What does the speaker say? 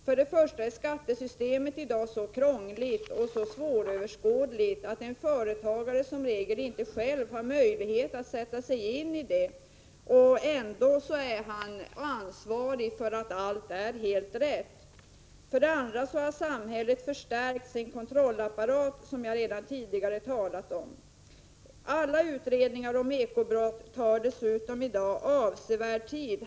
För det första är skattesystemet i dag så krångligt och svåröverskådligt att en företagare som regel inte själv har möjlighet att sätta sig in i det, men ändå är han ansvarig för att allt är helt rätt. För det andra har samhället förstärkt sin kontrollapparat, som jag tidigare nämnt. Alla utredningar om eko-brott tar dessutom avsevärd tid.